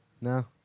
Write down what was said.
No